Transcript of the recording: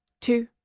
two